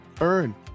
earn